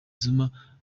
zuma